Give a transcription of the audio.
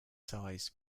sized